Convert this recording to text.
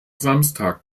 samstag